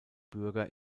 bürger